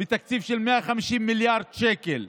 בתקציב של 150 מיליארד שקל,